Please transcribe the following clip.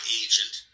agent